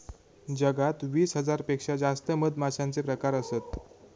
जगात वीस हजार पेक्षा जास्त मधमाश्यांचे प्रकार असत